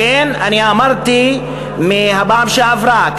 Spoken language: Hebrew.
לכן אני אמרתי בפעם שעברה,